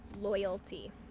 loyalty